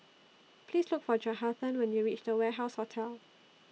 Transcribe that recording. Please Look For Johathan when YOU REACH The Warehouse Hotel